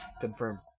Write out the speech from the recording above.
Confirm